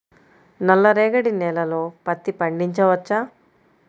నల్ల రేగడి నేలలో పత్తి పండించవచ్చా?